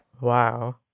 Wow